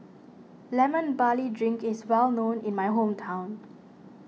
Lemon Barley Drink is well known in my hometown